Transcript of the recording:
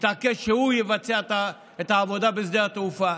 והתעקש שהוא יבצע את העבודה בשדה התעופה.